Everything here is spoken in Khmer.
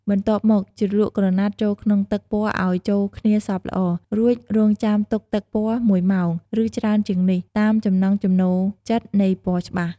បន្ទាប់មក ជ្រលក់ក្រណាត់ចូលក្នុងទឹកពណ៌ឱ្យចូលគ្នាសព្វល្អ រួចរងចាំទុកទឹកពណ៌១ម៉ោង ឬច្រើនជាងនេះ តាមចំណង់ចំណូលចិត្តនៃពណ៌ច្បាស់។